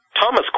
Thomas